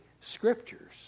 scriptures